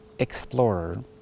Explorer